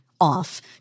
off